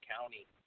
County